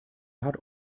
hat